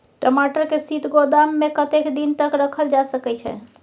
टमाटर के शीत गोदाम में कतेक दिन तक रखल जा सकय छैय?